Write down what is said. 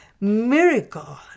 miracle